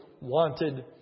wanted